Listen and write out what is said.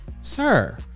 Sir